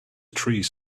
trees